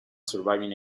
surviving